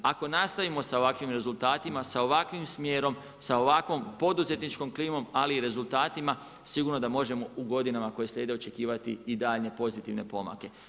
Ako nastavimo sa ovakvim rezultatima, sa ovakvim smjerom, sa ovakvom poduzetničkom klimom, ali i rezultatima, sigurno da možemo u godinama koje slijede očekivati i daljnje pozitivne pomake.